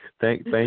Thank